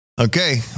Okay